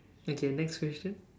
okay next question